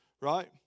right